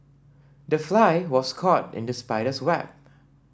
the fly was caught in the spider's web